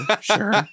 sure